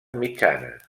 mitjana